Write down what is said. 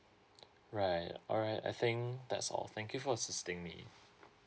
right alright I think that's all thank you for assisting me